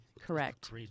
Correct